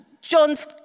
John's